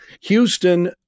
Houston